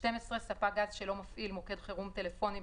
ספק גז שלא מפעיל מוקד חירום טלפוני,